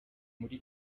muri